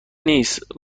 نیست